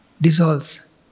dissolves